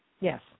Yes